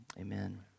Amen